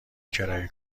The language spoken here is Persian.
کرایه